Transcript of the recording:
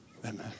Amen